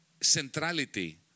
centrality